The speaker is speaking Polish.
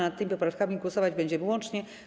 Nad tymi poprawkami głosować będziemy łącznie.